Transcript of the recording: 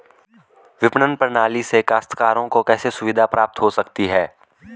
विपणन प्रणाली से काश्तकारों को कैसे सुविधा प्राप्त हो सकती है?